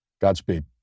Godspeed